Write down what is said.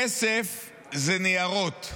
כסף זה ניירות.